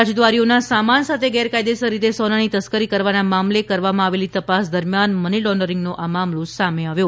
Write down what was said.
રાજદારીઓના સામાન સાથે ગેરકાયદેસર રીતે સોનાની તસ્કરી કરવાના મામલે કરવામાં આવેલી તપાસ દરમિયાન મની લોન્ડરીંગનો આ મામલો સામે આવ્યો